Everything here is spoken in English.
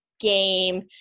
game